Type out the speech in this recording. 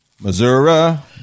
Missouri